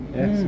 Yes